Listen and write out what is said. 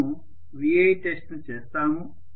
మనము VI test ను చేస్తాము